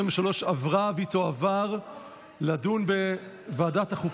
זכות הורות עבור מורשעים בעבירות אלימות